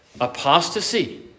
apostasy